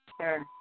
Sure